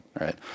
right